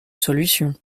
solution